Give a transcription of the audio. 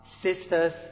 sisters